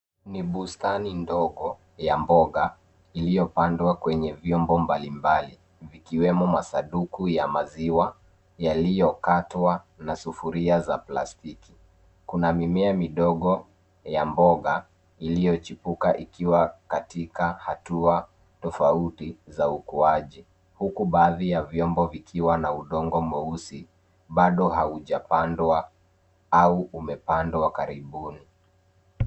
Ni bustani ndogo ya mboga iliyopandwa kwenye vyombo mbalimbali ikiwemo masanduku ya maziwa yaliyokatwa na sufuria za plastiki. Kuna mimea midogo ya mboga iliyochipuka ikiwa katika hatua tofauti za ukuaji. Huku baadhi ya vyombo vikiwa na udongo mweusi bado haujapandwa au umepandwa karibuni.